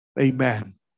amen